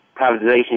privatization